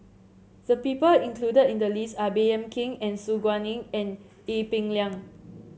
the people included in the list are Baey Yam Keng and Su Guaning and Ee Peng Liang